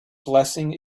blessing